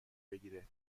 بگیره